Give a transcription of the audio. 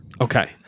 Okay